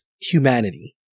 humanity